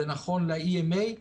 זה נכון ל-EMA,